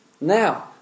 now